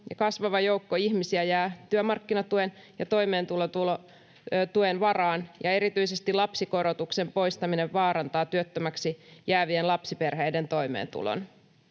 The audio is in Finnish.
kasvava joukko ihmisiä jää työmarkkinatuen ja toimeentulotuen varaan ja erityisesti lapsikorotuksen poistaminen vaarantaa työttömäksi jäävien lapsiperheiden toimeentulon.